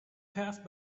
passed